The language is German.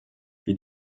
wir